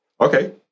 Okay